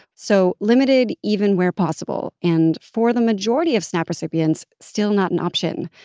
so limited even where possible and, for the majority of snap recipients, still not an option.